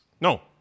No